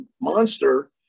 monster